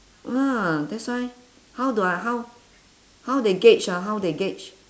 ya that's why how do I how how they gauge ah how they gauge